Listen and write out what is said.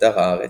באתר הארץ,